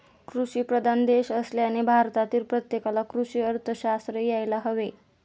कृषीप्रधान देश असल्याने भारतातील प्रत्येकाला कृषी अर्थशास्त्र यायला हवे